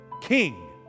King